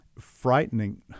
frightening